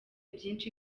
byinshi